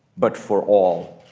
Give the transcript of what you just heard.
but for all?